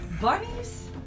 bunnies